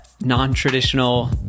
non-traditional